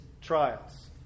trials